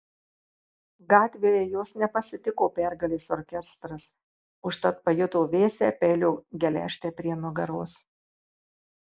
gatvėje jos nepasitiko pergalės orkestras užtat pajuto vėsią peilio geležtę prie nugaros